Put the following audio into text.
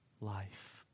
life